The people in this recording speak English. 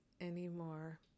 anymore